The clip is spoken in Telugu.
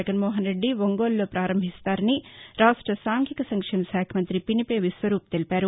జగన్మోహన్ రెడ్డి ఒంగోలులో పారంభిస్తారని రాష్ట సాంఘిక సంక్షేమ శాఖ మంతి పినిపె విశ్వరూప్ తెలిపారు